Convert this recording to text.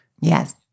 Yes